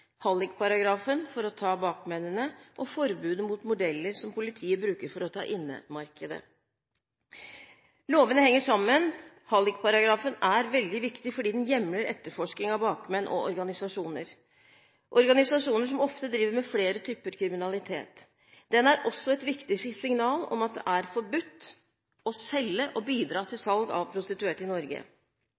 hallikparagrafen – for å ta bakmennene – og forbudet mot bordeller, som politiet bruker for ta innemarkedet. Lovene henger sammen. Hallikparagrafen er veldig viktig fordi den hjemler etterforskning av bakmenn og organisasjoner, organisasjoner som ofte driver med flere typer kriminalitet. Den er også et viktig signal om at det er forbudt å selge og bidra til salg av prostituerte i Norge.